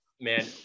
man